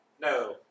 No